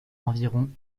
environ